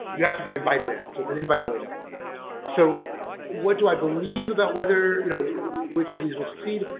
you have to be invited in. so it's an invite-only so what do i believe about whether you know which of these will succeed?